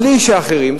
בלי שאחרים,